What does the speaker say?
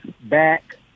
back